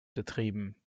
betrieben